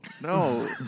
No